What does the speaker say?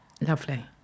Lovely